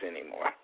anymore